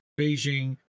Beijing